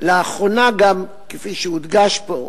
לאחרונה גם, כפי שהודגש פה,